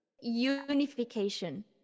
unification